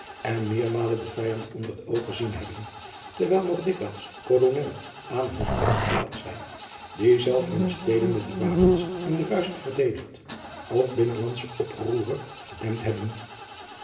en meermalen den vijand onder het oog gezien hebben terwijl nog dikwijls olonellen aan hun hoofd geplaatst zijn die zelf hunne steden met de wapens in de vuist verdedigd of binnenlandsche oproeren gedempt hebben